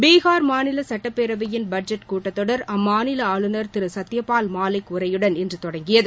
பீகார் மாநில சட்டப்பேரவையின் பட்ஜெட் கூட்டத்தொடர் அம்மாநில ஆளுநர் திரு சத்யபால் மாலிக் உரையுடன் இன்று தொடங்கியது